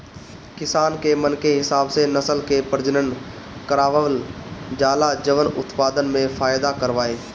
किसान के मन के हिसाब से नसल के प्रजनन करवावल जाला जवन उत्पदान में फायदा करवाए